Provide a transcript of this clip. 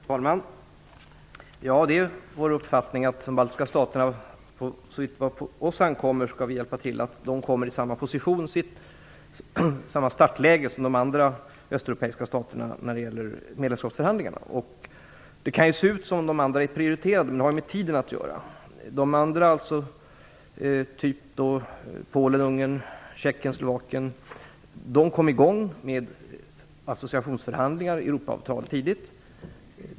Fru talman! Ja, det är vår uppfattning att vi så vitt det på oss ankommer skall hjälpa de baltiska staterna, så att de kommer i samma startposition som de andra östeuropeiska staterna när det gäller medlemskapsförhandlingarna. Det kan se ut som om de andra är prioriterade. Men det har med tiden att göra. De andra, t.ex. Polen, Ungern, Tjeckien och Slovakien, kom i gång med associationsförhandlingar och Europaavtal tidigt.